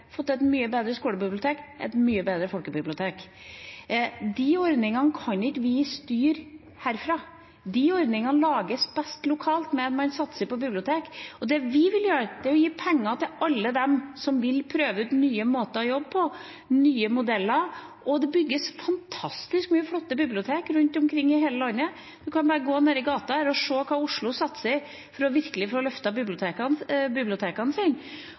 fått til et mye bedre skolebibliotek og et mye bedre folkebibliotek. De ordningene kan ikke vi styre herfra. De ordningene lages best lokalt med at man satser på bibliotek. Det vi vil gjøre, er å gi penger til alle dem som vil prøve ut nye måter å jobbe på, nye modeller. Det bygges fantastisk mange flotte bibliotek rundt omkring i hele landet. Man kan bare gå ned i gata her og se hvordan Oslo satser for virkelig å få løftet bibliotekene